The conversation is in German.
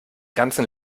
ganzen